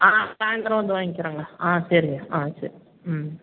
ஆ சாயந்தரம் வந்து வாங்கிகிறோங்க ஆ சரிங்க ஆ சரி ம்